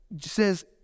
says